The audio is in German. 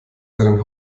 seinen